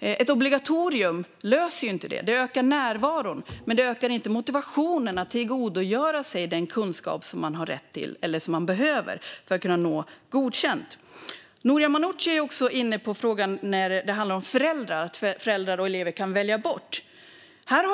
Ett obligatorium löser inte det. Det ökar närvaron, men det ökar inte motivationen att tillgodogöra sig den kunskap som man har rätt till eller som man behöver för att kunna nå godkänt. Noria Manouchi är också inne på frågan som handlar om föräldrar, om att föräldrar och elever kan välja bort detta.